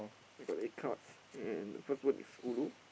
I got eight cards and first word is ulu